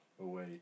away